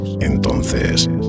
Entonces